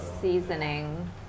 seasoning